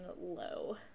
low